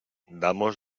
damos